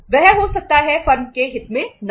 वह हो सकता है फर्म के हित में ना हो